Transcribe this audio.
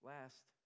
Last